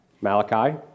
Malachi